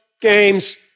games